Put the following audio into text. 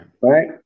Right